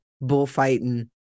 bullfighting